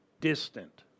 distant